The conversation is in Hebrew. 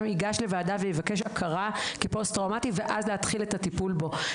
ייגש לוועדה ויבקש הכרה כפוסט-טראומטי ואז להתחיל את הטיפול בו,